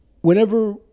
whenever